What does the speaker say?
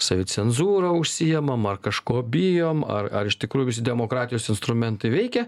savicenzūra užsiemam ar kažko bijom ar ar iš tikrųjų visi demokratijos instrumentai veikia